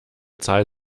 zahl